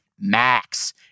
Max